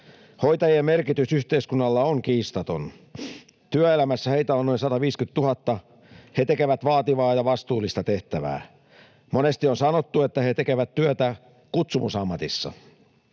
Hoitajien merkitys yhteiskunnalle on kiistaton. Työelämässä heitä on noin 150 000. He tekevät vaativaa ja vastuullista tehtävää. Monesti on sanottu, että he tekevät työtä kutsumusammatissa.